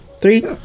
three